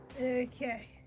Okay